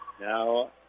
Now